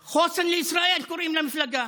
לישראל", קוראים למפלגה.